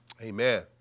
Amen